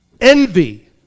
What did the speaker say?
envy